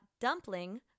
dumpling